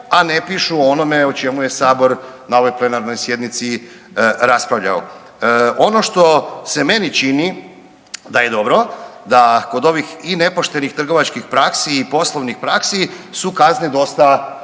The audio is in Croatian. a ne pišu o onome o čemu je Sabor na ovoj plenarnoj sjednici raspravljao. Ono što se meni čini da je dobro da kod ovih i nepoštenih trgovačkih praksi i poslovnih praksi su kazne dosta